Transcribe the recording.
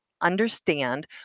understand